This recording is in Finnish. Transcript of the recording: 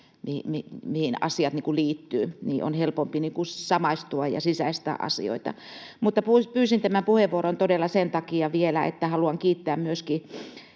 mihin asiat liittyvät. On helpompi samaistua ja sisäistää asioita. Pyysin tämän puheenvuoron todella vielä sen takia, että haluan kiittää myöskin